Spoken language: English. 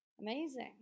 Amazing